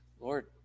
Lord